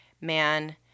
man